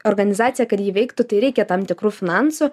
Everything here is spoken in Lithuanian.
organizacija kad ji veiktų tai reikia tam tikrų finansų